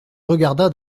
regarda